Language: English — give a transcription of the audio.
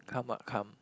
come what come